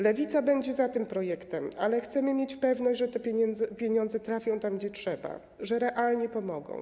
Lewica będzie za tym projektem, ale chcemy mieć pewność, że te pieniądze trafią tam, gdzie trzeba, że realnie pomogą.